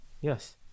Yes